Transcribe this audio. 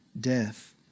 death